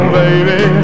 baby